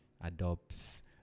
adopts